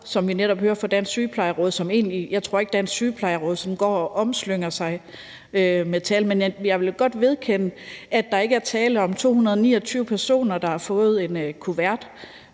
og jeg tror ikke, at Dansk Sygeplejeråd sådan går og slynger om sig med tal. Jeg vil godt vedkende mig, at der ikke er tale om 229 personer, der har fået en kuvert,